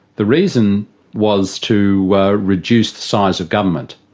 the reason was to reduce the size of government.